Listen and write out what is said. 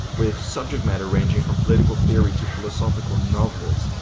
with subject matter ranging from political theory to philosophical novels.